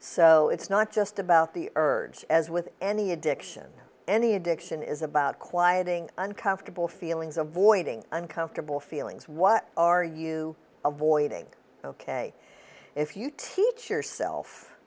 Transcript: so it's not just about the urge as with any addiction any addiction is about quieting uncomfortable feelings avoiding uncomfortable feelings what are you avoiding ok if you teach yourself